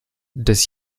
des